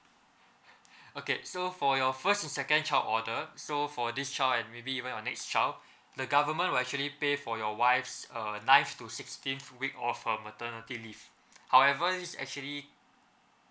okay so for your first and second child order so for this child and maybe even your next child the government will actually pay for your wife's err nineth to sixteenth week of her maternity leave however it's actually